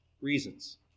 reasons